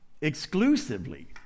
exclusively